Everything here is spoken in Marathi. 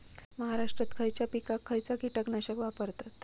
महाराष्ट्रात खयच्या पिकाक खयचा कीटकनाशक वापरतत?